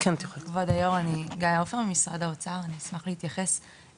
כבוד היו"ר אני גאיה עופר ממשרד האוצר ואני אשמח להתייחס.